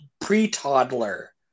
pre-toddler